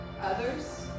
others